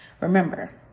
remember